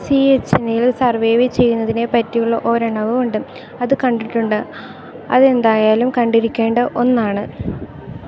സിയച്ചിനിയിൽ survive ചെയ്യുന്നതിനെ പറ്റിയുള്ള ഒരെണ്ണവും ഉണ്ട് അത് കണ്ടിട്ടുണ്ട് അത് എന്തായാലും കണ്ടിരിക്കേണ്ട ഒന്നാണ്